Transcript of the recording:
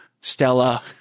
Stella